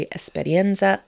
esperienza